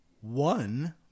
one